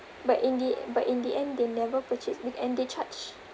but in the but in the end they never purchase with and they charge